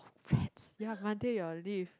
friends ya Monday you're on leave